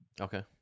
Okay